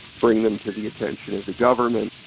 bring them to the attention of the government,